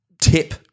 tip